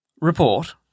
Report